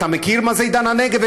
אתה יודע מה זה עידן הנגב,